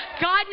God